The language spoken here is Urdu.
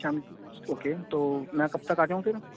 شام اوکے تو میں کب تک آ جاؤں پھر